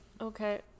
Okay